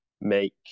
make